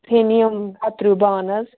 تُہۍ أنِو یِم کَتریو بانہٕ حظ